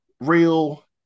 real